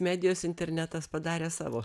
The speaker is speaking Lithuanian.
medijos internetas padarė savo